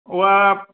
उहा